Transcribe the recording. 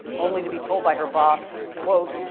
only to be told by her boss, quote,